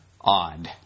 odd